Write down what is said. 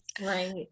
Right